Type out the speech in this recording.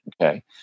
Okay